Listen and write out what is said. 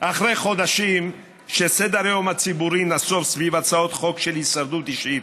אחרי חודשים שסדר-היום הציבורי נסב על הצעות חוק של הישרדות אישית,